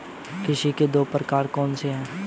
कृषि के दो प्रकार कौन से हैं?